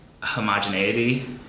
homogeneity